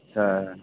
आछा